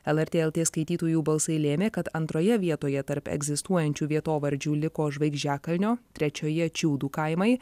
lrt lt skaitytojų balsai lėmė kad antroje vietoje tarp egzistuojančių vietovardžių liko žvaigždžiakalnio trečioje čiūdų kaimai